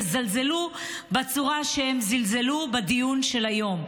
יזלזלו בצורה שהם זלזלו בדיון של היום.